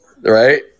right